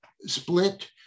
split